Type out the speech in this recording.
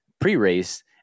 pre-race